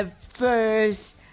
first